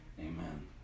amen